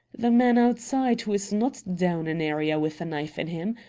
the man outside, who is not down an area with a knife in him,